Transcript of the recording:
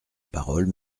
parole